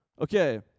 Okay